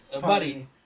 buddy